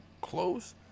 close